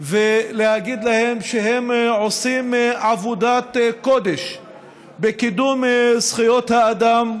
ולהגיד להם שהם עושים עבודת קודש בקידום זכויות האדם,